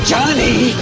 Johnny